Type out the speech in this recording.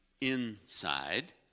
inside